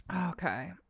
Okay